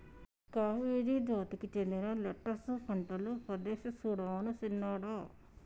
cabbage జాతికి సెందిన lettuce పంటలు పదేసి సుడమను సిన్నోడా